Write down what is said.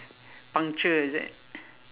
puncture is it